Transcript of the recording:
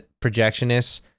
projectionists